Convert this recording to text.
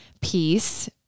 peace